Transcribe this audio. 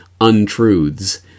untruths